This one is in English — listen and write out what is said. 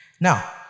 Now